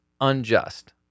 unjust